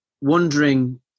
wondering